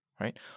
right